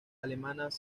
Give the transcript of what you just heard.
alemanas